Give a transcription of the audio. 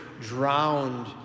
drowned